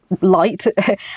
light